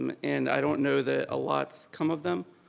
um and i don't know that a lot's come of them.